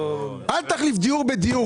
אל תחליף דיור בדיור.